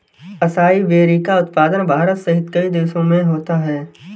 acai berry का उत्पादन भारत सहित कई देशों में होता है